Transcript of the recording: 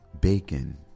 bacon